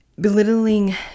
Belittling